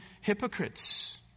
hypocrites